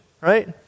right